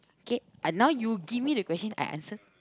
okay now you give me the question I answer